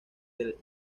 del